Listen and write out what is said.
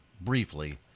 briefly